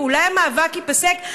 ואולי המאבק ייפסק.